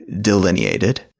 delineated